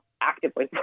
actively